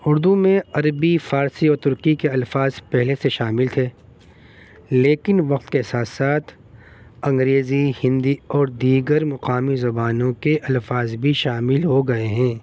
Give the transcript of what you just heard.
اردو میں عربی فارسی اور ترکی کے الفاظ پہلے سے شامل تھے لیکن وقت کے ساتھ ساتھ انگریزی ہندی اور دیگر مقامی زبانوں کے الفاظ بھی شامل ہو گئے ہیں